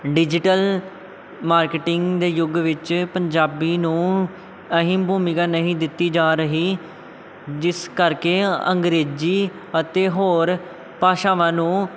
digital marketing ਦੇ ਯੁੱਗ ਵਿੱਚ ਪੰਜਾਬੀ ਨੂੰ ਅਹਿਮ ਭੂਮਿਕਾ ਨਹੀਂ ਦਿੱਤੀ ਜਾ ਰਹੀ ਜਿਸ ਕਰਕੇ ਅੰਗਰੇਜ਼ੀ ਅਤੇ ਹੋਰ ਭਾਸ਼ਾਵਾਂ ਨੂੰ